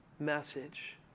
Message